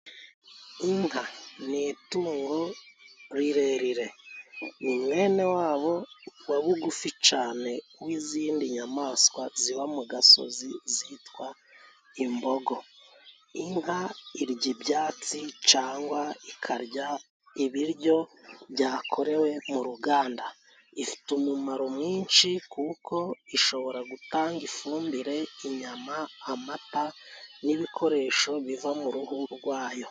Inka ni itungo rirerire, ni mwene wabo wa bugufi cane w'izindi nyamaswa ziba mu gasozi zitwa imbogo. Inka irya ibyatsi cangwa ikarya ibiryo byakorewe mu ruganda, ifite umumaro mwinshi kuko ishobora gutanga ifumbire, inyama, amata n'ibikoresho biva mu ruhu rwayo.